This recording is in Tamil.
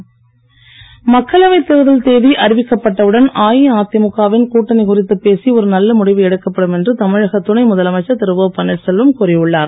பன்னீர் செல்வம் மக்களவை தேர்தல் தேதி அறிவிக்கப்பட்ட உடன் அஇஅதிமுக வின் கூட்டணி குறித்து பேசி ஒரு நல்ல முடிவு எடுக்கப்படும் என்று தமிழக துணை முதலமைச்சர் திரு ஓ பன்னீர்செல்வம் கூறி உள்ளார்